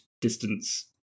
distance